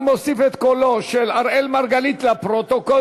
אני מוסיף את קולו של אראל מרגלית לפרוטוקול.